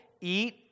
eat